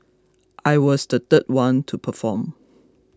I was the third one to perform